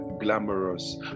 glamorous